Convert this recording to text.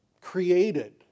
created